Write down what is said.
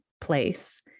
place